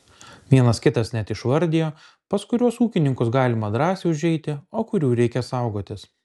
vienas kitas net išvardijo pas kuriuos ūkininkus galima drąsiai užeiti o kurių reikia saugotis